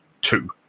two